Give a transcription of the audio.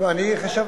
אתה הגעת.